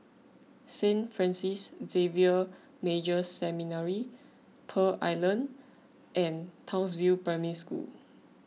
Saint Francis Xavier Major Seminary Pearl Island and Townsville Primary School